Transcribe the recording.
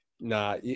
Nah